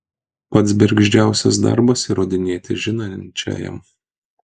pats bergždžiausias darbas įrodinėti žinančiajam